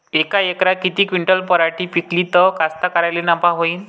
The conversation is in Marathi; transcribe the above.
यका एकरात किती क्विंटल पराटी पिकली त कास्तकाराइले नफा होईन?